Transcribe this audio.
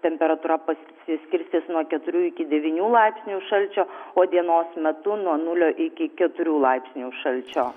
temperatūra pasiskirstys nuo keturių iki devynių laipsnių šalčio o dienos metu nuo nulio iki keturių laipsnių šalčio